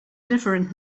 different